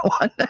one